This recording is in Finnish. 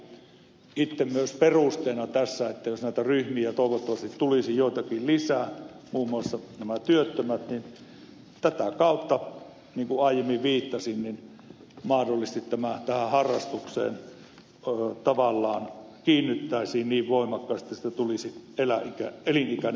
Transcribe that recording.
itse myös perusteena tässä esitän että jos näitä ryhmiä toivottavasti tulisi joitakin lisää muun muassa nämä työttömät niin tätä kautta niin kuin aiemmin viittasin mahdollisesti tähän harrastukseen tavallaan kiinnyttäisiin niin voimakkaasti että siitä tulisi elinikäinen harrastus